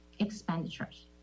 Expenditures